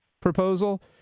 proposal